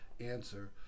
answer